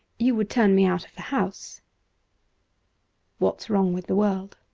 you would turn me out of the house what's wrong with the world